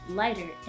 lighter